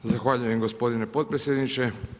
Zahvaljujem gospodine potpredsjedniče.